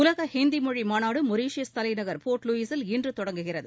உலக ஹிந்தி மொழி மாநாடு மொரீசியஸ் தலைநகர் போர்ட் லூயிசில் இன்று தொடங்குகிறது